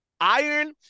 iron